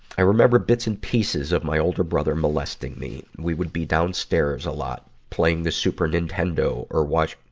i remember bits and pieces of my older brother molesting me. we would be downstairs a lot, playing the super nintendo or watch.